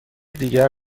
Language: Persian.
دیگر